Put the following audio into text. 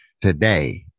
Today